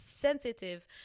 sensitive